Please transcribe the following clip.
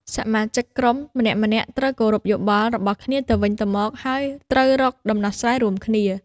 សមាជិកក្រុមម្នាក់ៗត្រូវ គោរពយោបល់ របស់គ្នាទៅវិញទៅមក ហើយត្រូវរកដំណោះស្រាយរួមគ្នា។